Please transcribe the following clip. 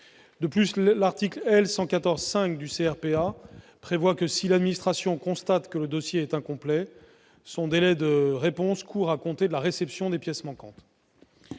De plus, l'article L. 114-5 du CRPA prévoit que, si l'administration constate que le dossier est incomplet, son délai de réponse court à compter de la réception des pièces manquantes.